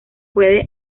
puede